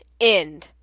end